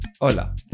Hola